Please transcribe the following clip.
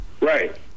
Right